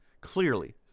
clearly